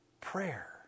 prayer